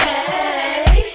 Hey